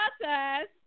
process